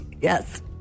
Yes